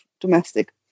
domestic